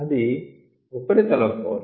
అది ఉపరితల ఫోర్స్